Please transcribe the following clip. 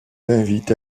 l’invite